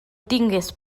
tingues